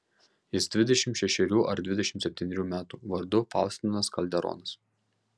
jis dvidešimt šešerių ar dvidešimt septynerių metų vardu faustinas kalderonas